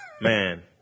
Man